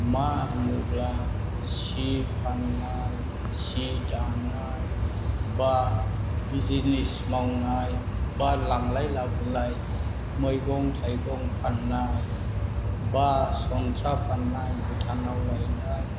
मानो होनोब्ला सि फाननाय सि दानाय एबा बिजिनेस मावनाय एबा लांलाय लाबोलाय मैगं थाइगं फाननाय एबा सन्थ्रा फाननाय भुटानाव लायनाय